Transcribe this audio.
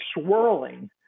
swirling